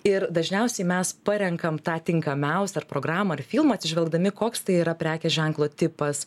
ir dažniausiai mes parenkam tą tinkamiausią at programą ar filmą atsižvelgdami koks tai yra prekės ženklo tipas